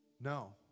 No